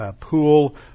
pool